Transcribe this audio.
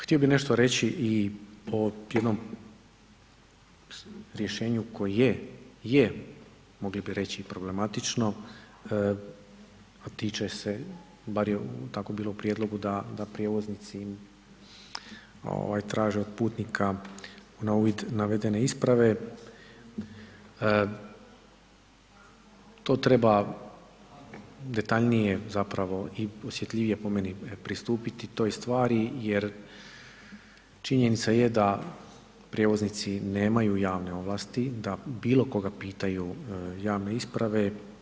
Htio bih nešto reći i o jednom rješenju koje je mogli bi reći problematično, a tiče se bar je tako bilo u prijedlogu da prijevoznici traže od putnika na uvid navedene isprave, to treba detaljnije i osjetljivije po meni pristupiti toj stvari jer činjenica je da prijevoznici nemaju javne ovlasti da bilo koga pitaju javne isprave.